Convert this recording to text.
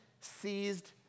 seized